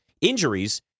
injuries